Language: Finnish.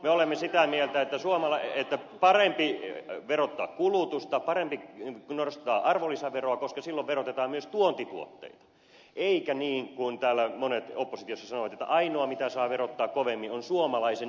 me olemme sitä mieltä että parempi on verottaa kulutusta parempi nostaa arvonlisäveroa koska silloin verotetaan myös tuontituotteita eikä niin kuin täällä monet oppositiossa sanoivat että ainoa mitä saa verottaa kovemmin on suomalaisen ihmisen työ